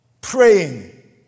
praying